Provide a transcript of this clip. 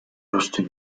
prostu